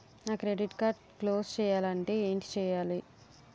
నా credit card close చేయాలంటే ఏంటి చేయాలి?